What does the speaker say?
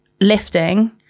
lifting